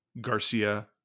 Garcia